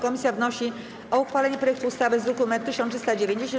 Komisja wnosi o uchwalenie projektu ustawy z druku nr 1390.